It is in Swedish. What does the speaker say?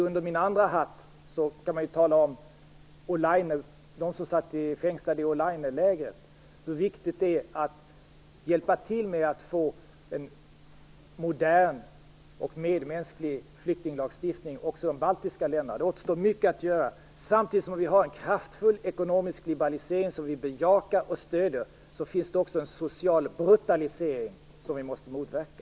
Under min andra hatt kan man ju ta upp detta med de som satt fängslade i Olaine-lägret. Det är viktigt att hjälpa till så att man får en modern och medmänsklig flyktinglagstiftning i de baltiska länderna. Det återstår mycket att göra. Samtidigt som vi har en kraftfull ekonomisk liberalisering, som vi bejakar och stöder, finns det också en social brutalisering som vi måste motverka.